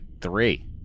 three